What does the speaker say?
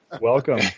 Welcome